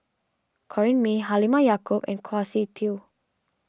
Corrinne May Halimah Yacob and Kwa Siew Tee